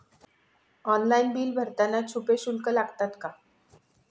Online bill भरताना छुपे शुल्क लागतात का?